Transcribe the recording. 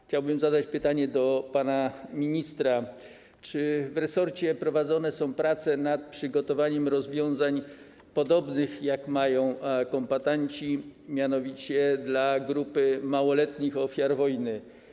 Chciałbym zadać pytanie do pana ministra: Czy w resorcie prowadzone są prace nad przygotowaniem rozwiązań podobnych do tych, jakie mają kombatanci, mianowicie dla grupy małoletnich ofiar wojny?